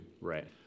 Right